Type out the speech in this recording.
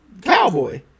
cowboy